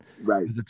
Right